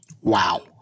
Wow